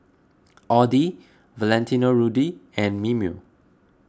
Audi Valentino Rudy and Mimeo